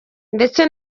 ndetse